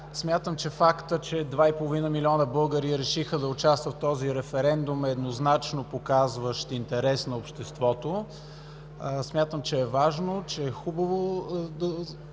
Смятам, че фактът, че два и половина милиона българи решиха да участват в този референдум, нееднозначно показва интереса на обществото. Смятам, че е важно и хубаво да